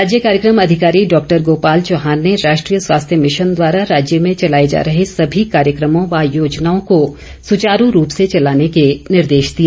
राज्य कार्यक्रम अधिकारी डॉक्टर गोपाल चौहान ने राष्ट्रीय स्वास्थ्य भिशन द्वारा राज्य में चलाए जा रहे सभी कार्यक्रमों व योजनाओं को सुवारू रूप से चलाने के निर्देश दिए